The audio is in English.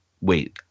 Wait